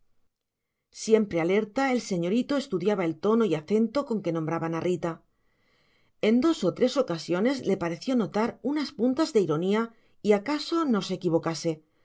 siempre alerta el señorito estudiaba el tono y acento con que nombraban a rita en dos o tres ocasiones le pareció notar unas puntas de ironía y acaso no se equivocase